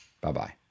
Bye-bye